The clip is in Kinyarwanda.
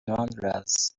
wanderers